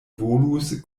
volus